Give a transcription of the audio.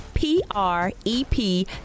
P-R-E-P